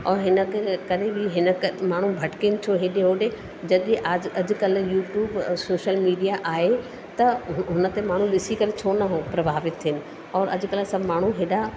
और हिनखे तॾहिं बि क माण्हू भटकनि छो हेॾे होॾे जॾहिं आज अॼुकल्ह यूट्यूब सोशल मीडिया आहे त हु हुन ते माण्हू ॾिसी करे छो न उहो प्रभावित थियनि और अॼुकल्ह सभु माण्हू हेॾा